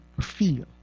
feel